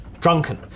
drunken